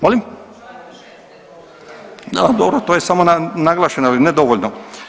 Molim? … [[Upadica sa strane, ne čuje se.]] Dobro, to je samo naglašeno, ali ne dovoljno.